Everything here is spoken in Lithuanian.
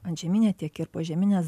antžeminę tiek ir požemines